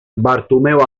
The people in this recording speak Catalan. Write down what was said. bartomeu